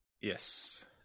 Yes